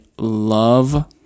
love